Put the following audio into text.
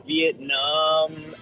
Vietnam